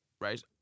Right